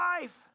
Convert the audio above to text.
life